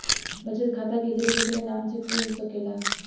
बचत खाता केकरे केकरे नाम से कुल सकेला